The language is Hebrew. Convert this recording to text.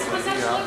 הנני מתכבד להודיעכם,